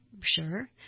Sure